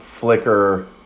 Flickr